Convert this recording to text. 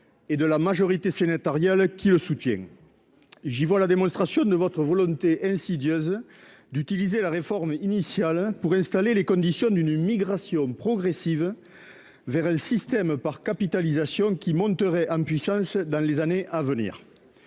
et de la majorité sénatoriale, qui le soutient. J'y vois la démonstration de votre volonté insidieuse d'utiliser la réforme initiale pour installer les conditions d'une migration progressive vers un système par capitalisation qui monterait en puissance dans les années à venir.